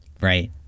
Right